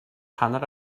hanner